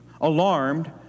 Alarmed